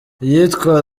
iyitwa